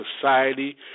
society